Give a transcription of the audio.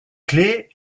clé